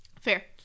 Fair